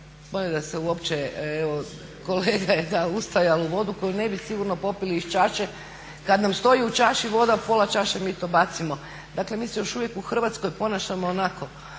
bolje da se uopće evo kolega da ustajalu vodu koju ne bi sigurno popili iz čaše. Kad nam stoji u čaši voda pola čaše mi to bacimo, dakle mi se još uvijek u Hrvatskoj ponašamo onako